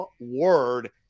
word